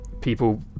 People